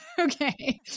Okay